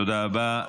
תודה רבה.